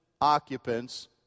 occupants